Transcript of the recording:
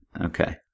Okay